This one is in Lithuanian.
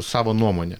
savo nuomonę